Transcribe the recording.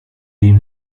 dem